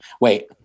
wait